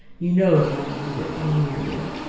you know that i only live when i am near you.